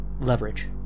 leverage